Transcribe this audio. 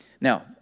Now